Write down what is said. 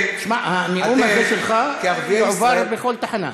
שמע, הנאום הזה שלך יועבר בכל תחנה.